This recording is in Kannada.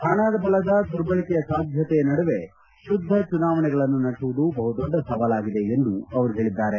ಹಣಬಲ ದುರ್ಬಳಕೆ ಸಾಧ್ಯತೆಯ ನಡುವೆ ಶುದ್ದ ಚುನಾವಣೆಗಳನ್ನು ನಡೆಸುವುದು ಬಹುದೊಡ್ಡ ಸವಾಲಾಗಿದೆ ಎಂದು ಅವರು ಹೇಳಿದ್ದಾರೆ